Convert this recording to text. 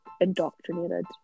indoctrinated